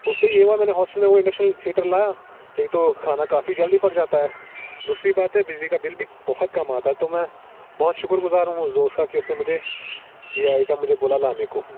اس سے یہ ہوا میں نے ہوسٹل میں وہ انڈکشن ہیٹر لایا ایک تو کھانا کافی جلدی پک جاتا ہے دوسری بات ہے بجلی کا بل بھی بہت کم آتا ہے تو میں بہت شکر گزار ہوں اس دوست کا کہ اس نے مجھے یہ آئٹم مجھے بولا لانے کو